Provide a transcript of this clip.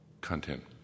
content